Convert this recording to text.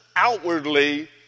outwardly